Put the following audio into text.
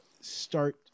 start